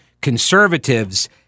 conservatives